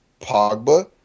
Pogba